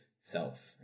self